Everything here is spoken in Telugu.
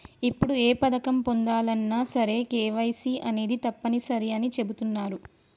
ఇప్పుడు ఏ పథకం పొందాలన్నా సరే కేవైసీ అనేది తప్పనిసరి అని చెబుతున్నరు